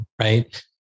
right